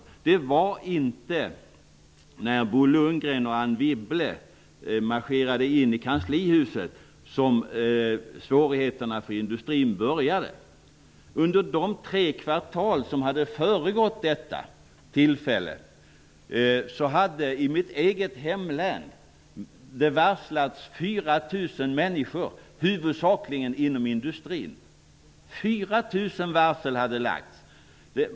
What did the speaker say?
Svårigheterna för industrin började inte när Bo Lundgren och Anne Wibble marscherade in i kanslihuset. Under de tre kvartal som hade föregått denna inmarsch, hade det i mitt eget hemlän varslats 4 000 människor, huvudsakligen inom industrin. 4 000 varsel hade lagts.